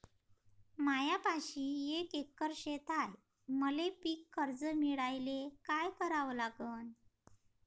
मायापाशी एक एकर शेत हाये, मले पीककर्ज मिळायले काय करावं लागन?